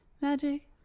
magic